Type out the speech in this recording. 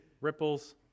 Ripples